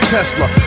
Tesla